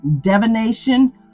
divination